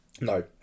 no